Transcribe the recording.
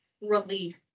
relief